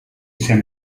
izan